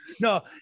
No